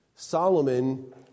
Solomon